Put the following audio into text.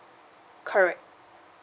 correct